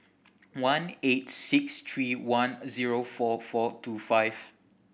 one eight six three one zero four four two five